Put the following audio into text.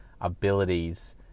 abilities